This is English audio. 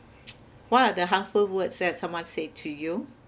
what are the harmful words that someone said to you